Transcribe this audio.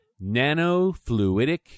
Nanofluidic